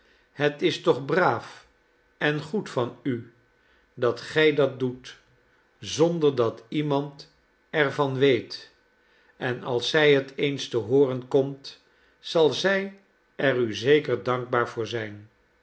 het is toch braaf en goed van u dat gij dat doet zonder dat iemand er van weet en als zij het eens te hooren komt zal zij er u zeker dankbaar voor zijn